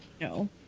No